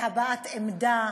בהבעת עמדה,